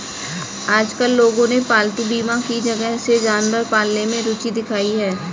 आजकल लोगों ने पालतू बीमा की वजह से जानवर पालने में रूचि दिखाई है